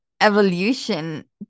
evolution